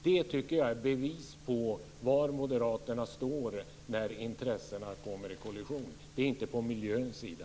Det tycker jag är bevis på var Moderaterna står när intressena kommer i kollision. De står inte på miljöns sida.